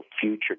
future